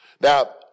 Now